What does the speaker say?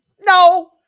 No